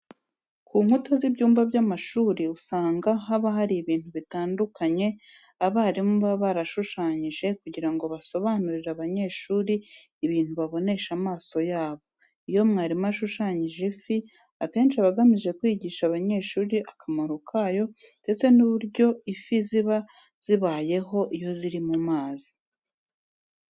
Ku nkuta z'ibyumba by'amashuri usanga haba hari ibintu bitandukanye abarimu baba barahashushanyije kugira ngo basobanurire abanyeshuri ibintu babonesha amaso yabo. Iyo mwarimu ashushanyije ifi, akenshi aba agamije kwigisha abanyeshuri akamaro kayo ndetse n'uburyo ifi ziba zibayeho iyo ziri mu mazi.